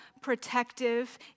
protective